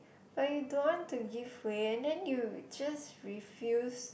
but you don't want to give way and then you just refuse